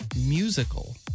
musical